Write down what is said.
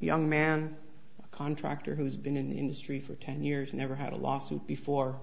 the young man a contractor who's been in the industry for ten years never had a lawsuit before